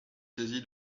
saisi